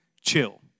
chill